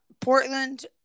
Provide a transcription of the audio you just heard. Portland